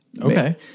Okay